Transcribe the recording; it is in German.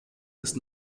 ist